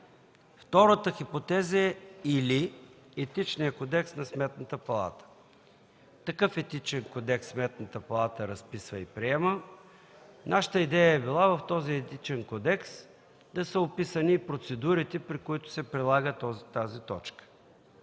Втората хипотеза е „или Етичния кодекс на Сметната палата”. Такъв Етичен кодекс Сметната палата разписва и приема. Идеята ни е била в този Етичен кодекс да са описани процедурите, по които се прилага тази точка.